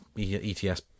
ETS